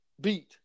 beat